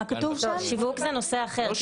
שיווק זה נושא אחר.